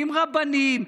עם רבנים,